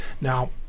Now